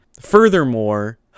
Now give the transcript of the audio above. furthermore